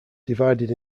divided